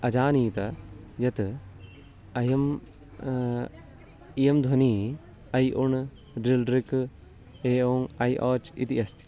अजानीत यत् अयम् इयं ध्वनिः ऐ उण् लुलृक् एओङ् ऐऔच् इति अस्ति